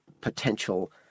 potential